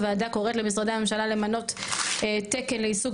הוועדה קוראת למשרדי הממשלה למנות תקן לעיסוק